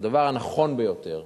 הדבר הנכון ביותר